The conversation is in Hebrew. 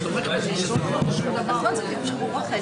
משום מה זה לא בהפניות.